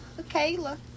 Kayla